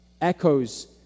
echoes